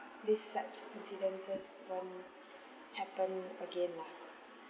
this such incidences won't happen again lah